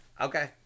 Okay